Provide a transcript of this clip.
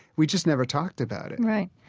we just never talked about it right,